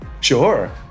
Sure